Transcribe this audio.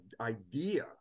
idea